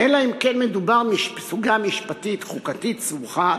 אלא אם כן מדובר בסוגיה משפטית חוקתית סבוכה,